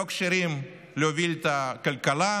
לא כשירים להוביל את הכלכלה,